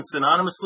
synonymously